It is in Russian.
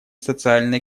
социально